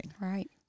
Right